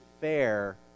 fair